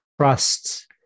trust